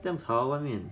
这样吵外面